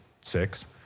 six